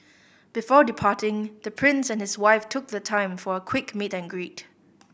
before departing the Prince and his wife took the time for a quick meet and greet